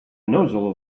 nozzle